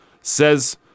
says